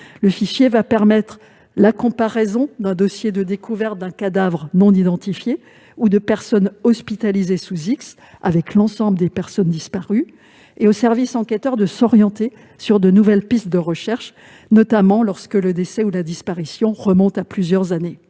Il facilitera la comparaison d'un dossier de découverte d'un cadavre non identifié ou de personne hospitalisée sous X avec l'ensemble des personnes disparues. Il aidera les services enquêteurs à s'orienter sur de nouvelles pistes de recherches, notamment lorsque le décès ou la disparition remonte à plusieurs années.